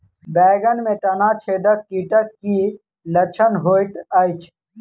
बैंगन मे तना छेदक कीटक की लक्षण होइत अछि?